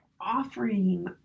offering